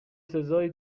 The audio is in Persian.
سزایی